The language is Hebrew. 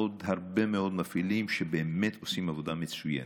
עוד הרבה מאוד מפעילים שבאמת עושים עבודה מצוינת.